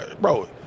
bro